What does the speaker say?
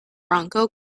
bronco